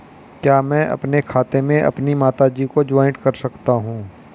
क्या मैं अपने खाते में अपनी माता जी को जॉइंट कर सकता हूँ?